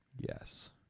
Yes